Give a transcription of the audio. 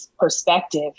perspective